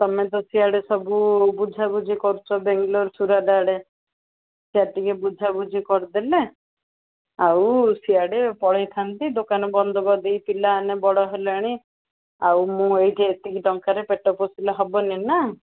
ତୁମେ ତ ସିଆଡ଼େ ସବୁ ବୁଝାବୁଝି କରୁଛ ବାଙ୍ଗାଲୋର୍ ସୁରଟ୍ ଆଡ଼େ ସିଆଡ଼େ ଟିକେ ବୁଝାବୁଝି କରିଦେଲେ ଆଉ ସିଆଡ଼େ ପଳାଇଥାନ୍ତି ଦୋକାନ ବନ୍ଦ କରିଦେଇକି ପିଲା ମାନେ ବଡ଼ ହେଲେଣି ଆଉ ମୁଁ ଏଇଠି ଏତିକି ଟଙ୍କାରେ ପେଟ ପୋଷିଲେ ହବନି ନା